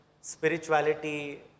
spirituality